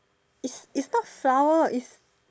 is is not sour is